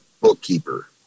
bookkeeper